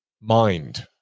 mind